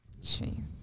Jeez